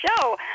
show